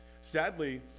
sadly